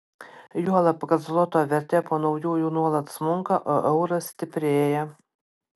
juolab kad zloto vertė po naujųjų nuolat smunka o euras stiprėja